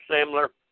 similar